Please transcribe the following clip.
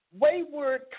wayward